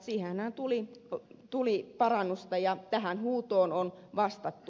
siihenhän tuli parannusta ja tähän huutoon on vastattu